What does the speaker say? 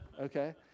okay